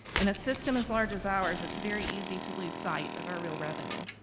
in a system as large as ours, it's very easy to lose sight of our real revenue.